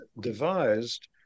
devised